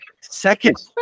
Second